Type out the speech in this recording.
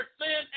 sin